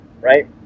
right